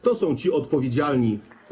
To są ci odpowiedzialni,